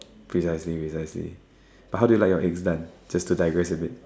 precisely precisely but how do you like your eggs done just to digress a bit